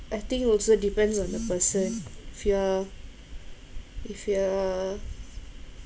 I think also depends on the person if you're if you're